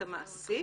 את המעסיק,